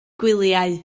gwyliau